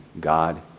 God